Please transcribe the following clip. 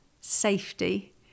safety